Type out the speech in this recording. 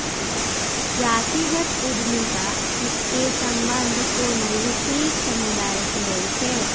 जातिगत उद्यमिता के संबंध कोनो विशेष समुदाय से होइ छै